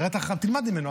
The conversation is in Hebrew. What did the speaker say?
תלמד ממנו.